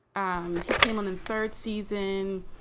um he came on in third season.